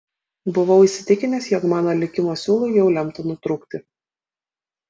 buvau įsitikinęs jog mano likimo siūlui jau lemta nutrūkti